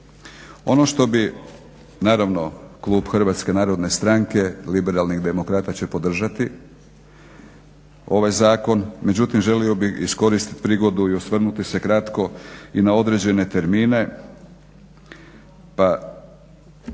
Ono što bi naravno, klub Hrvatske narodne stranke liberalnih demokrata će podržati ovaj zakon, međutim želio bi iskoristiti prigodu i osvrnuti se kratko i na određene termine pa